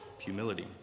humility